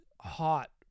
Hot